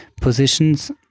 positions